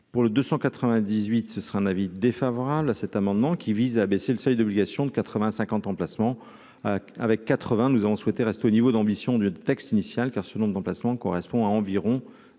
pour le 298 ce sera un avis défavorable à cet amendement qui vise à abaisser le seuil d'obligation de 80 50 emplacements avec 80, nous avons souhaité rester au niveau d'ambition du texte initial car ce nombre d'emplacements correspond à environ